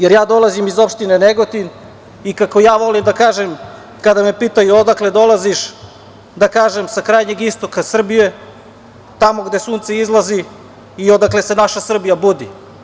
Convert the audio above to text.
Ja dolazim iz opštine Negotin, i kako ja volim da kažem, kada me pitaju odakle dolazim, da kažem sa krajnjeg istoka Srbije, tamo gde sunce izlazi i odakle se naša Srbija budi.